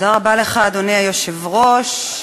אדוני היושב-ראש,